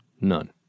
none